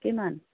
কিমান